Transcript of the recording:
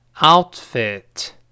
outfit